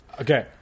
Okay